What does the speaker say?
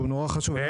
שהוא נורא חשוב.